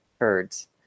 herds